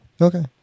Okay